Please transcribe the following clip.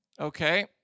Okay